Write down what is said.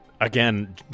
again